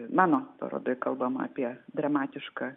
mano parodoj kalbama apie dramatišką